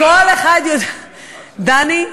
דני,